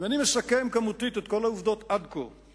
אם אני מסכם כמותית את כל העובדות עד כה,